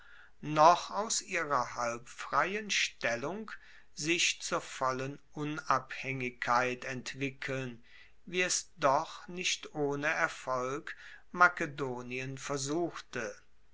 noch aus ihrer halbfreien stellung sich zur vollen unabhaengigkeit entwickeln wie es doch nicht ohne erfolg makedonien versuchte